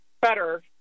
better